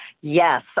Yes